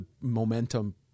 momentum